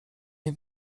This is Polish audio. nie